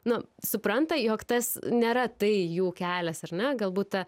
nu supranta jog tas nėra tai jų kelias ar ne galbūt ta